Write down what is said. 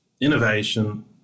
innovation